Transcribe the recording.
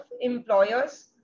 employers